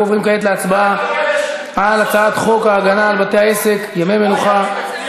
אנחנו עוברים כעת להצבעה על הצעת חוק הגנה על בתי-עסק (ימי המנוחה),